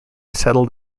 settled